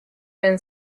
been